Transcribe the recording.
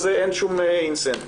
אז אין שום "אינסנטיב".